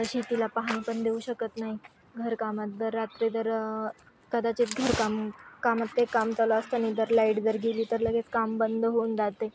शेतीला पाणी पण देऊ शकत नाही घरकामात जर रात्री जर कदाचित घरकाम कामात काही काम चालू असताना जर लाईट जर गेली तर लगेच काम बंद होऊन जाते